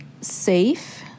safe